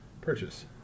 purchase